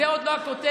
זו עוד לא הכותרת,